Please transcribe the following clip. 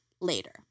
later